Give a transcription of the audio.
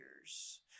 years